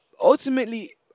ultimately